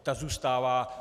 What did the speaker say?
Ta zůstává.